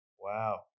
Wow